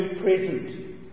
present